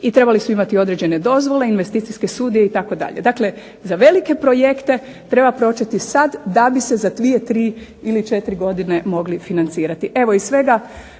i trebali su imati određene dozvole, investicijske studije itd. Dakle, za velike projekte treba početi sad da bi se za dvije, tri ili četiri godine mogli financirati.